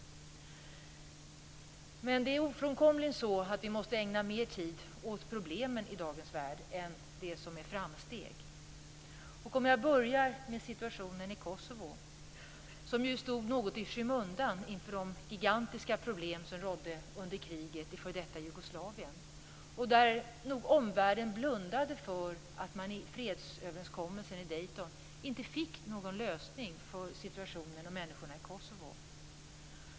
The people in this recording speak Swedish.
Det är ofrånkomligen så att vi måste ägna mer tid åt problemen i dagens värld än åt det som är framsteg. Jag börjar med situationen i Kosovo, som ju stod något i skymundan inför de gigantiska problem som rådde under kriget i f.d. Jugoslavien och där omvärlden blundade för att man i fredsöverenskommelsen i Dayton inte fick någon lösning för människorna i Kosovo.